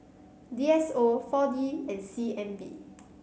D S O four D and C N B